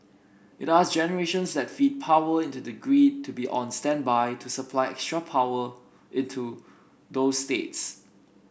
it asked generations that feed power into the grid to be on standby to supply extra power into those states